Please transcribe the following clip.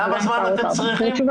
כמה זמן אתם צריכים?